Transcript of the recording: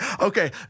Okay